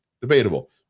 debatable